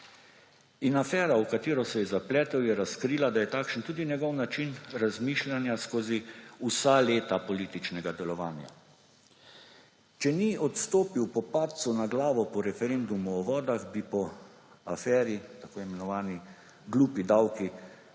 In afera, v katero se je zapletel, je razkrila, da je takšen tudi njegov način razmišljanja skozi vsa leta političnega delovanja. Če ni odstopil po padcu na glavo po referendumu o vodah, bi po aferi, tako imenovani glupi davki,